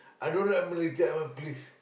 I don't know like Malay style I'm a police